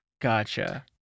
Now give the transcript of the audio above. gotcha